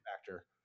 factor